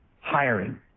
Hiring